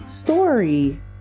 story